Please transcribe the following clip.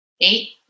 Eight